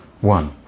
one